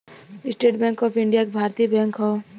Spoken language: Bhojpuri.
स्टेट बैंक ऑफ इण्डिया एक भारतीय बैंक हौ